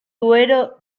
duero